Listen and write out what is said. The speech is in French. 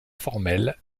formelle